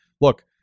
look